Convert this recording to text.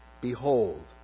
behold